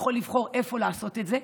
יכול לבחור איפה לעשות את זה,